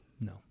no